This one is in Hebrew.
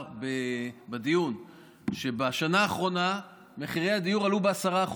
בדיון שבשנה האחרונה מחירי הדיור עלו ב-10%,